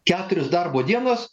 keturios darbo dienos